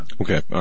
Okay